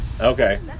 Okay